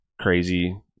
crazy